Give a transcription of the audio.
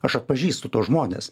aš atpažįstu tuos žmones